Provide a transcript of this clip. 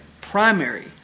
primary